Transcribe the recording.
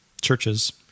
churches